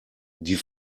die